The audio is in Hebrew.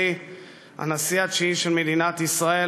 הנשיא התשיעי של מדינת ישראל,